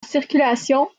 circulation